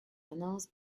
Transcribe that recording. announced